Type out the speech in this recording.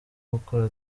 gukora